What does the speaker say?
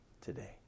today